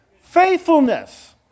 Faithfulness